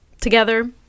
together